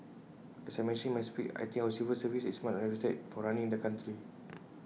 as I mentioned in my speech I think our civil service is much respected for running the country